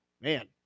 man